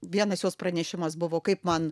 vienas jos pranešimas buvo kaip man